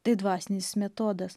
tai dvasinis metodas